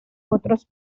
otros